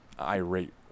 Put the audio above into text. irate